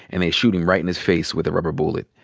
and they shoot him right in his face with a rubber bullet.